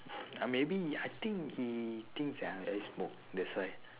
uh maybe he I think he thinks that I I smoke that's why